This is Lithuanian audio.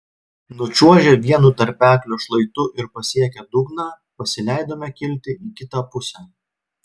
nučiuožę vienu tarpeklio šlaitu ir pasiekę dugną pasileidome kilti į kitą pusę